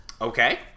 Okay